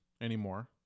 anymore